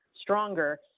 stronger